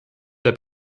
der